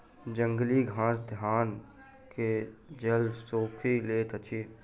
जंगली घास धान के जल सोइख लैत अछि